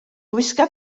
gwisga